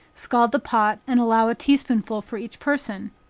scald the pot, and allow a tea-spoonful for each person.